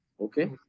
Okay